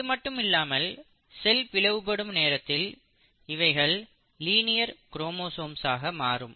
இது மட்டும் இல்லாமல் செல் பிளவுபடும் நேரத்தில் இவைகள் லீனியர் குரோமோசோம்களாக மாறும்